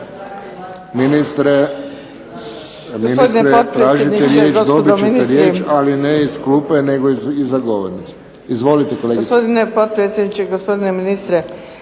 Ministre, ministre tražite riječ dobit ćete riječ, ali ne iz klupe nego iza govornice. Izvolite kolegice.